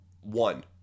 One